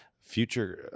future